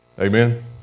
Amen